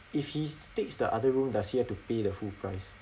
if he takes the other room does he have to pay the full price